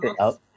out